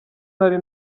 nari